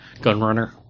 gunrunner